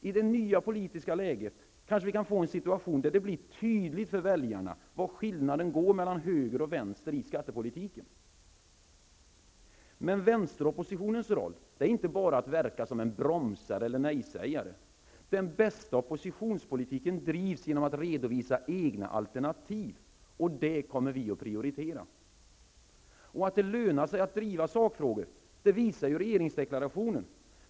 I det nya politiska läget kanske vi kan få en situation, där det blir tydligt för väljarna var skillnaden går mellan höger och vänster i skattepolitiken. Men vänsteroppositionens roll är inte bara att verka som en bromsare eller nejsägare. Den bästa oppositionspolitiken drivs genom att man redovisar egna alternativ, och det kommer vi att prioritera. Att det lönar sig att driva sakfrågor visar också regeringsdeklarationen.